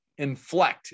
inflect